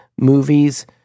movies